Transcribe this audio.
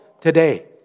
today